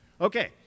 Okay